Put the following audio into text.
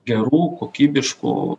gerų kokybiškų